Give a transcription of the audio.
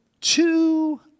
two